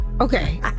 Okay